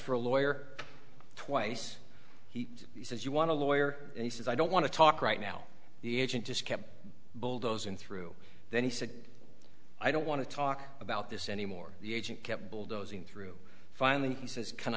for a lawyer twice he says you want to lawyer he says i don't want to talk right now the agent just kept bulldozing through then he said i don't want to talk about this anymore the agent kept bulldozing through finally he says can